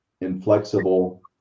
inflexible